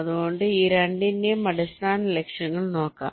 അതുകൊണ്ട് ഈ രണ്ടിന്റെയും അടിസ്ഥാന ലക്ഷ്യങ്ങൾ നോക്കാം